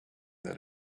that